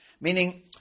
Meaning